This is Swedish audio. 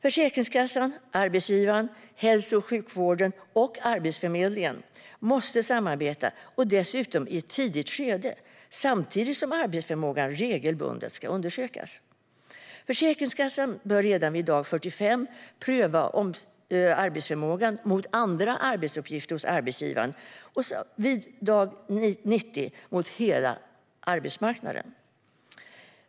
Försäkringskassan, arbetsgivaren, hälso och sjukvården och Arbetsförmedlingen måste samarbeta, och dessutom i ett tidigt skede. Samtidigt ska arbetsförmågan undersökas regelbundet. Försäkringskassan bör redan vid dag 45 pröva arbetsförmågan mot andra arbetsuppgifter hos arbetsgivaren och vid dag 90 mot hela arbetsmarknaden.